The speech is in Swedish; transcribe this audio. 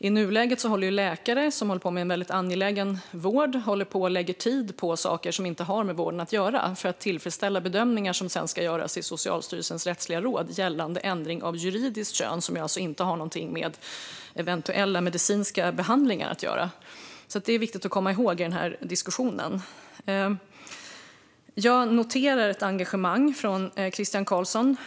I nuläget får läkare, som håller på med väldigt angelägen vård, lägga tid på saker som inte har med vården att göra, för att tillfredsställa bedömningar som sedan ska göras i Socialstyrelsens rättsliga råd gällande ändring av juridiskt kön. Det har alltså ingenting med eventuella medicinska behandlingar att göra. Det är viktigt att komma ihåg i den här diskussionen. Jag noterar ett engagemang hos Christian Carlsson.